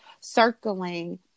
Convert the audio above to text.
circling